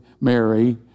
Mary